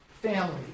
family